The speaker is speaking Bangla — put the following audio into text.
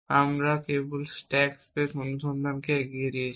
আমরা কেবল স্ট্যাক স্পেস অনুসন্ধানকে এগিয়ে নিয়েছি